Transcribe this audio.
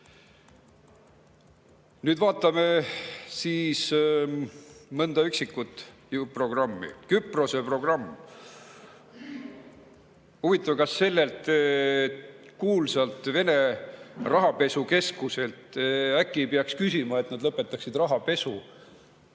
Vaatame nüüd mõnda üksikut programmi. Küprose programm. Huvitav, kas sellelt kuulsalt Vene rahapesukeskuselt äkki ei peaks küsima, kas nad lõpetaksid rahapesu